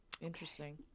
interesting